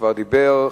שכבר דיבר,